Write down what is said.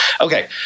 Okay